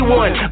one